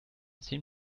zehn